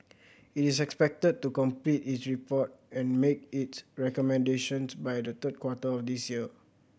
it is expected to complete its report and make its recommendations by the third quarter of this year